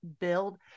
build